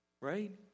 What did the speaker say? right